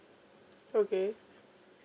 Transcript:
okay